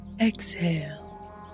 Exhale